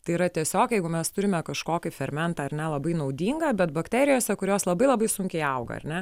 tai yra tiesiog jeigu mes turime kažkokį fermentą ar ne labai naudingą bet bakterijose kurios labai labai sunkiai auga ar ne